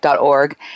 .org